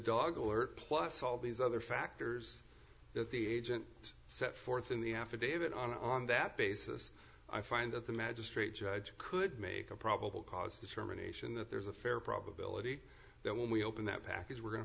dog alert plus all these other factors that the agent set forth in the affidavit on that basis i find that the magistrate judge could make a probable cause determination that there's a fair probability that when we open that package we're go